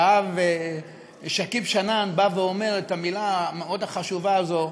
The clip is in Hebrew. שהאב שכיב שנאן אומר את המילים המאוד-חשובות האלה: